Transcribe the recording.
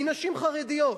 מנשים חרדיות,